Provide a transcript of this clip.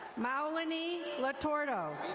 malanie lotordo.